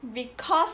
because